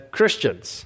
Christians